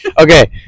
Okay